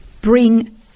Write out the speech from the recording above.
bring